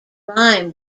rhyme